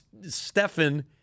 Stefan